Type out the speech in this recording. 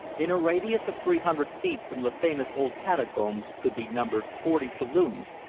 in a radius of three hundred feet from the famous old catacombs could be numbered forty saloons,